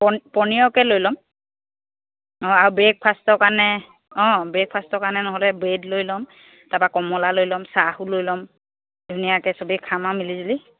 প পনীৰকে লৈ ল'ম অঁ আৰু ব্ৰেকফাষ্টৰ কাৰণে অঁ ব্ৰেকফাষ্টৰ কাৰণে নহ'লে ব্ৰেড লৈ ল'ম তাৰপৰা কমলা লৈ ল'ম চাহো লৈ ল'ম ধুনীয়াকৈ সবেই খাম আৰু মিলিজুলি